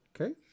Okay